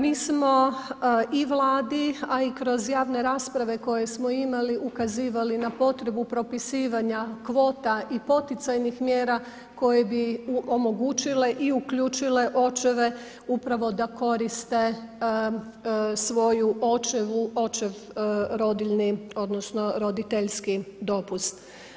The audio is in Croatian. Mi smo i Vladi, a i kroz javne rasprave koje smo imali ukazivali na potrebu propisivanja kvota i poticajnih mjera koje bi omogućile i uključile očeve upravo da koriste svoju očev rodiljni odnosno roditeljski dopust.